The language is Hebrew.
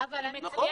אבל היא מצוינת.